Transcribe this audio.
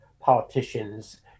politicians